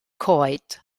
coed